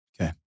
Okay